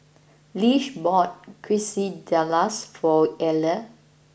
Lish bought Quesadillas for Ela